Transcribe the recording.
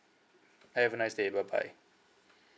have a nice day bye bye